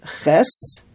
Ches